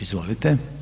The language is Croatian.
Izvolite.